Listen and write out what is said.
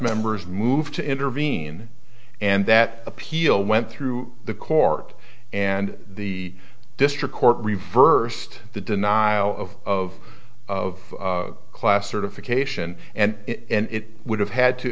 members moved to intervene and that appeal went through the court and the district court reversed the denial of of class certification and it would have had to